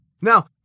Now